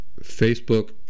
Facebook